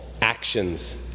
actions